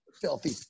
filthy